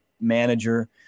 manager